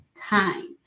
time